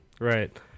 right